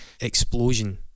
explosion